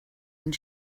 und